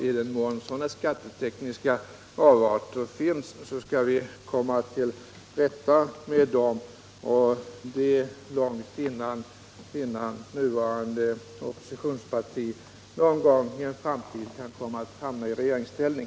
I den mån sådana skattetekniska avarter finns skall vi se till att komma till rätta med dem, och det långt innan nuvarande oppositionsparti någon gång i en framtid kan komma att hamna i regeringsställning.